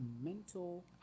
mental